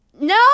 No